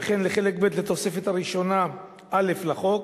וכן לחלק ב' לתוספת הראשונה א' לחוק,